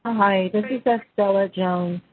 hi, this is estella jones,